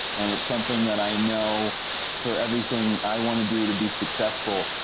and it's something that i know for everything i want to do to be successful,